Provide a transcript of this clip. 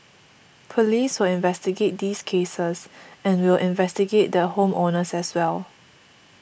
police will investigate these cases and we'll investigate the home owners as well